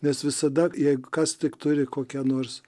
nes visada jeigu kas tik turi kokią nors